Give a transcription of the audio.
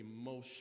emotion